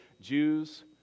Jews